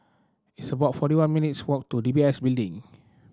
it's about forty one minutes' walk to D B S Building